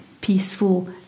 peaceful